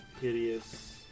hideous